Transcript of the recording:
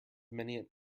many